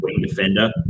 defender